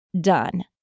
done